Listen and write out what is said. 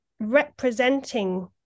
representing